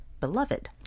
beloved